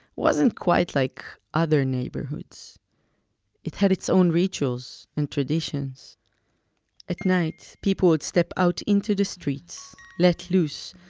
wasn't quite like other neighborhoods it had its own rituals and traditions at night, people would step out into the streets, let loose,